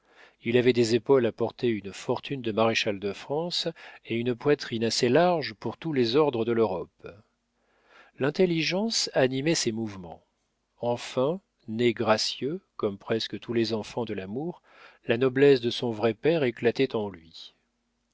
il avait des épaules à porter une fortune de maréchal de france et une poitrine assez large pour tous les ordres de l'europe l'intelligence animait ses mouvements enfin né gracieux comme presque tous les enfants de l'amour la noblesse de son vrai père éclatait en lui